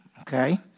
okay